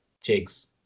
Jigs